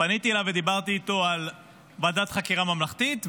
פניתי אליו ודיברתי איתו על ועדת חקירה ממלכתית,